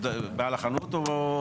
בעל החנות או?